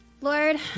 Lord